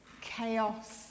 chaos